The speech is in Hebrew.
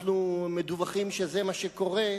אנחנו מדווחים שזה מה שקורה.